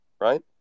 right